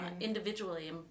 individually